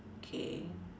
okay